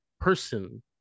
person